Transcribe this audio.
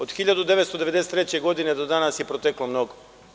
Od 1953. godine do danas je proteklo mnogo.